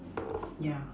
ya